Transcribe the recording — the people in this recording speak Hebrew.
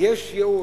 יש ייעוד.